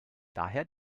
daher